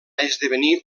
esdevenir